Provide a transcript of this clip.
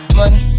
money